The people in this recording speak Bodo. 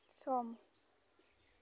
सम